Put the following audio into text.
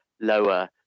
lower